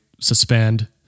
suspend